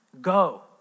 Go